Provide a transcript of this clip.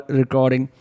recording